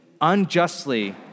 unjustly